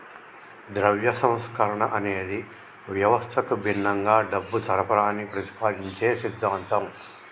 ద్రవ్య సంస్కరణ అనేది వ్యవస్థకు భిన్నంగా డబ్బు సరఫరాని ప్రతిపాదించే సిద్ధాంతం